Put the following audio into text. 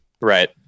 Right